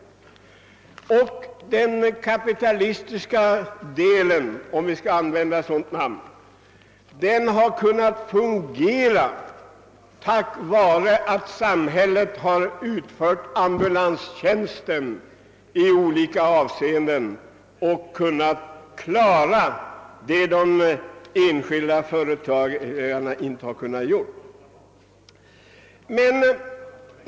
Den kapitalistiska delen — om vi nu skall använda ett sådant uttryck — har kunnat fungera tack vare att samhället har utfört »ambulanstjänsten» och kunnat klara det som de enskilda företagen inte kunnat göra.